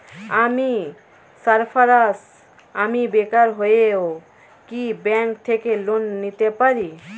আমি সার্ফারাজ, আমি বেকার হয়েও কি ব্যঙ্ক থেকে লোন নিতে পারি?